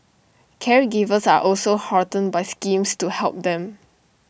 caregivers are also heartened by schemes to help them